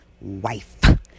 wife